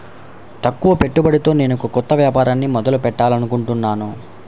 తక్కువ పెట్టుబడితో నేనొక కొత్త వ్యాపారాన్ని మొదలు పెట్టాలనుకుంటున్నాను